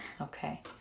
Okay